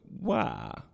Wow